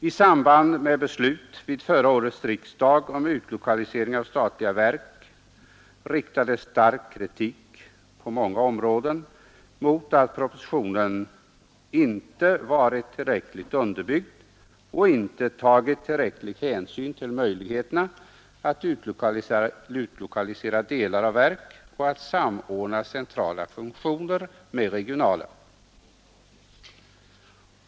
I samband med beslut vid förra årets riksdag om utlokalisering av statliga verk riktades stark kritik på många områden mot att propositionen inte varit tillräckligt underbyggd och inte tagit tillräcklig hänsyn till möjligheterna att utlokalisera delar av verk och att samordna centrala funktioner med regionala.